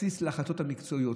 בסיס להחלטות המקצועיות.